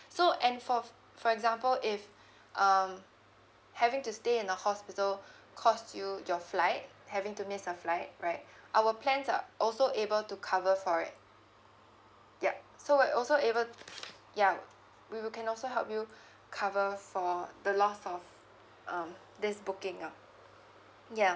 so and for for example if um having to stay in the hospital costs you your flight having to miss a flight right our plans are also able to cover for it yup so it also able to yeah we we can also help you cover for the loss of um this booking um yeah